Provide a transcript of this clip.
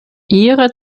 ihre